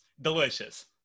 delicious